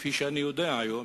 כפי שאני יודע היום,